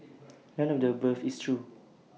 none of the above is true